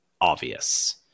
obvious